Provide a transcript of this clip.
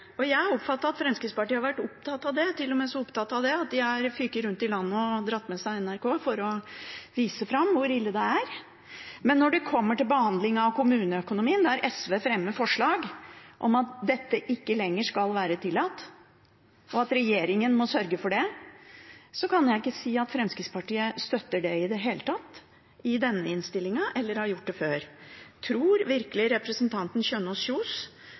lenge. Jeg har oppfattet at Fremskrittspartiet har vært opptatt av det, til og med så opptatt av det at de har dratt med seg NRK og føket rundt i landet for å vise fram hvor ille det er. Men når det kommer til behandling av kommuneøkonomien – der SV fremmer forslag om at dette ikke lenger skal være tillatt, at regjeringen må sørge for det – kan jeg ikke si at Fremskrittspartiet støtter det i det hele tatt i denne innstillingen, eller at de har gjort det før. Tror virkelig representanten Kjønaas Kjos